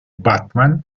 batman